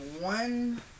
one